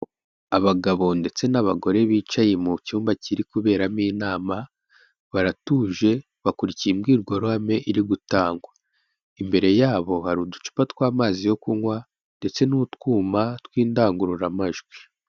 Abagabo ndetse n'abagore bicaye mu cyumba kiri kuberamo inama, baratuje, bakurikiye imbwirwaruhame iri gutangwa, imbere yabo hari uducupa tw'amazi yo kunywa ndetse n'utwuma tw'indangururamajwi.